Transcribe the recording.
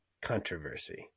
controversy